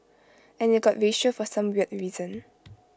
and IT got racial for some weird reason